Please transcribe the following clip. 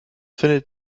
findet